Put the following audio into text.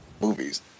movies